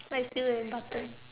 but it's still very important